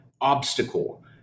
obstacle